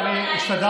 אבל אני השתדלתי,